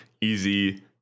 easy